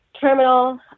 terminal